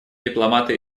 дипломаты